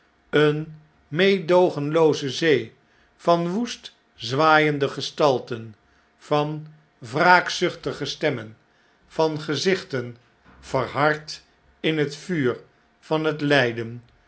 eene meedoogenlooze zee van woest zwaaiende gestalten van wraakzuchtige stemmen van gezichten verhard in het vuur van het ljjden